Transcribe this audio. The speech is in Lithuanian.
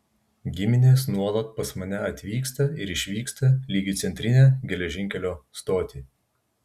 giminės nuolat pas mane atvyksta ir išvyksta lyg į centrinę geležinkelio stotį